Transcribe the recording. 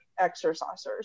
exercisers